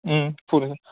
हजोंनो